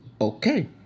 okay